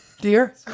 dear